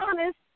honest